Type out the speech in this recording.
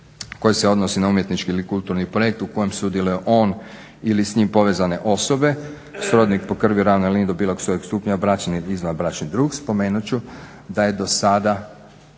koje se odnosi na umjetnički ili kulturni projekt u kojem sudjeluje on ili s njim povezane osobe, srodnik po krvi … do bilo kojeg stupnja, bračni i izvanbračni drug, spomenut ću da je do sada